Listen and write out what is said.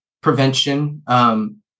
prevention